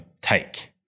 take